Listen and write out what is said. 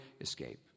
escape